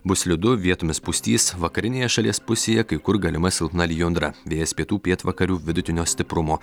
bus slidu vietomis pustys vakarinėje šalies pusėje kai kur galima silpna lijundra vėjas pietų pietvakarių vidutinio stiprumo